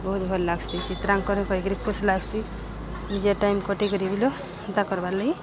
ବହୁତ୍ ଭଲ୍ ଲାଗ୍ସି ଚିତ୍ରାଙ୍କନ କରି କରି ଖୁସ୍ ଲାଗ୍ସି ନିଜେ ଟାଇମ୍ କଟେଇକରିି ବିଲେ ଏନ୍ତା କର୍ବାର୍ ଲାଗି